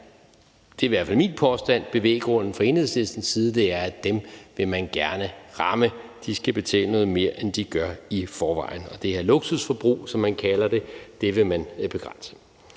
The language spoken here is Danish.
– det er i hvert fald min påstand – er, at dem vil man gerne ramme. De skal betale noget mere, end de gør i forvejen. Det er luksusforbrug, som man kalder det, og det vil man begrænse.